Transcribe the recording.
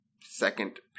second